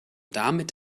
damit